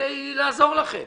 כדי לעזור לכם